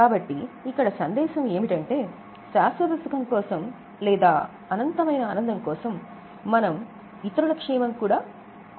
కాబట్టి ఇక్కడ సందేశం ఏమిటంటే శాశ్వత సుఖం కోసం లేదా అనంతమైన ఆనందం కోసం మనం ఇతరులను కూడా చూసుకోవాలి